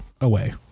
Away